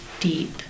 deep